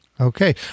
Okay